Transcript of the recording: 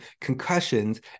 concussions